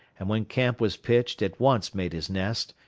and when camp was pitched at once made his nest,